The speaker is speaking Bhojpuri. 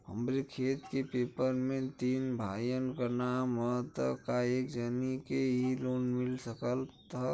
हमरे खेत के पेपर मे तीन भाइयन क नाम ह त का एक जानी के ही लोन मिल सकत ह?